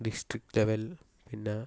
district level പിന്നെ